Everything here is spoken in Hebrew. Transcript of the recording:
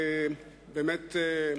באמת,